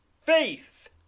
Faith